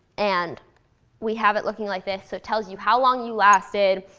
and we have it looking like this. so it tells you how long you lasted.